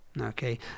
okay